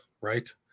right